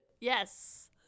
Yes